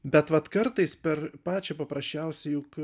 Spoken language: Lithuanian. bet vat kartais per pačią paprasčiausią juk